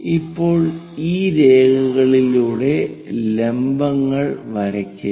ഇപ്പോൾ ഈ രേഖകളിലൂടെ ലംബങ്ങൾ വരയ്ക്കുക